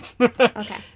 Okay